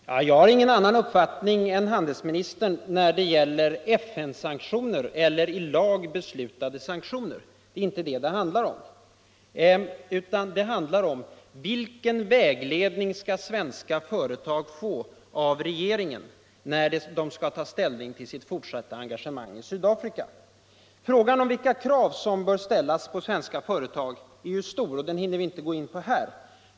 Herr talman! Jag har ingen annan uppfattning än handelsministern när det gäller FN-sanktioner eller i lag beslutade sanktioner. Det är inte detta det handlar om, utan det gäller vilken vägledning svenska företag skall få av regeringen niär de skall ta ställning till sitt fortsatta engagemang 1 Sydafrika. Frågan om vilka krav som bör ställas på svenska företag är ju stor. och den hinner vi inte gå in på här.